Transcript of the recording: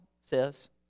says